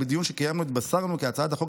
ובדיון שקיימנו התבשרנו כי הצעת החוק